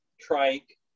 trike